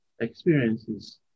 experiences